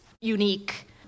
unique